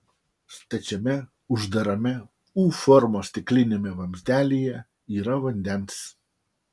stačiame uždarame u formos stikliniame vamzdelyje yra vandens